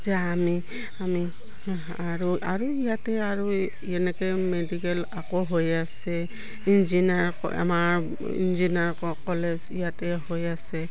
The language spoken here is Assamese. যে আমি আমি আৰু আৰু ইয়াতে আৰু এনেকৈ মেডিকেল আকৌ হৈ আছে ইঞ্জিনিয়াৰ আমাৰ ইঞ্জিনিয়াৰ কলেজ ইয়াতে হৈ আছে